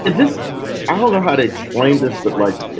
but just i don't know how to explain this, but like,